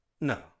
No